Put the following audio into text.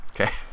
Okay